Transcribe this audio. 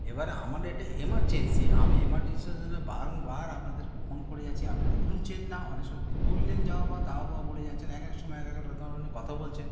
এবারে আমার একটা ইমার্জেন্সি আমি ইমার্জেন্সিটার জন্য বারংবার আপনাদের ফোন করে যাচ্ছি আপনারা তুলছেন না অনেক সময় তো তুললেন যাওবা তাওবা বলে যাচ্ছেন এক এক সময় এক একটা ধরনের কথা বলছেন